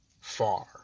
far